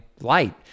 light